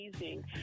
amazing